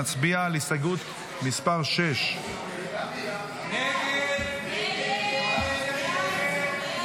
נצביע על הסתייגות מס' 6. הסתייגות 6 לא נתקבלה.